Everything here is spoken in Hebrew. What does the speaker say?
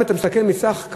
אם אתה מסכם את סך,